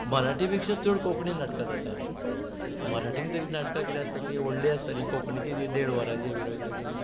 चड कोंकणी नाटकां जातात मराठींत तरी नाटकां कितें आसता तीं व्हडलीं आसता न्हय दोन वरांची तीन वरांची बी नाटकां